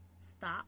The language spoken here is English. Stop